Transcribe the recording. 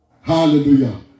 Hallelujah